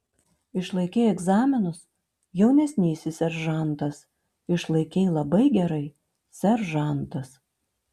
išlaikei egzaminus jaunesnysis seržantas išlaikei labai gerai seržantas